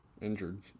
injured